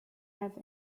have